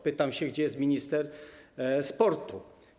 Pytam: Gdzie jest minister sportu?